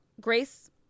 Grace